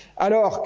and